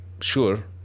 sure